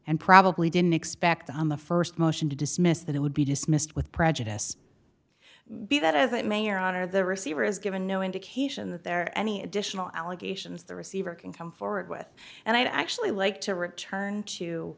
and probably didn't expect on the st motion to dismiss that it would be dismissed with prejudice be that as it may or honor the receiver is given no indication that there are any additional allegations the receiver can come forward with and i'd actually like to return to